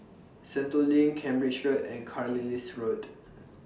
Sentul LINK Cambridge Road and Carlisle Road